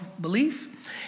belief